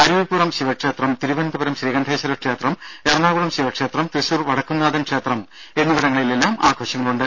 അരുവിപ്പുറം ശിവക്ഷേത്രം തിരുവനന്തപുരം ശ്രീകണ്ഠേശ്വര ക്ഷേത്രം എറണാകുളം ശിവക്ഷേത്രം തൃശൂർ വടക്കുംനാഥൻ ക്ഷേത്രം എന്നിവിടങ്ങളിലെല്ലാം ആഘോഷങ്ങളുണ്ട്